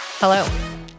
Hello